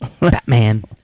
Batman